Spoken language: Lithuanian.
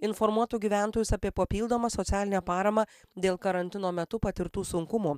informuotų gyventojus apie papildomą socialinę paramą dėl karantino metu patirtų sunkumų